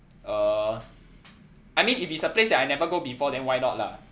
uh I mean if it's a place that I never go before then why not lah